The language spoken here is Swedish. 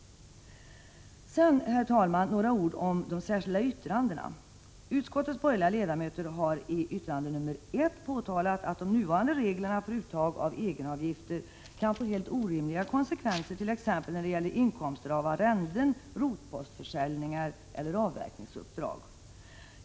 Sedan, herr talman, några ord om de särskilda yttrandena. Utskottets borgerliga ledamöter har i yttrande nr 1 påtalat att de nuvarande reglerna för uttag av egenavgifter kan få helt orimliga konsekvenser, t.ex. när det gäller inkomster av arrenden, rotpostförsäljningar eller avverkningsuppdrag.